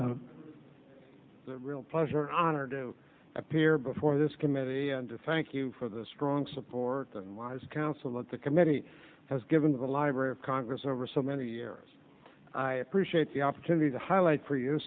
testimony the real pleasure honored to appear before this committee and to thank you for the strong support than wise counsel that the committee has given to the library of congress over so many years i appreciate the opportunity to highlight for you